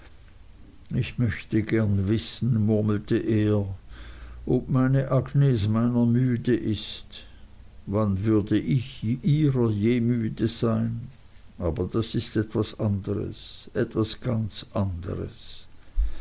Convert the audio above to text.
ich möchte gerne wissen murmelte er ob meine agnes meiner müde ist wann würde ich ihrer je müde sein aber das ist etwas anderes etwas ganz anderes